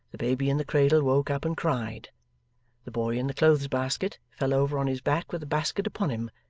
the baby in the cradle woke up and cried the boy in the clothes-basket fell over on his back with the basket upon him,